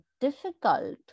difficult